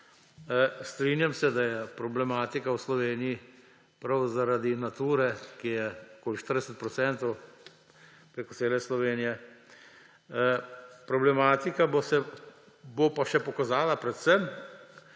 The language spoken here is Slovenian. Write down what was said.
Strinjam se, da je problematika v Sloveniji prav zaradi Nature, ki je okoli 40 % preko cele Slovenije, problematika pa se bo še pokazala predvsem